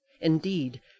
Indeed